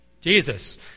Jesus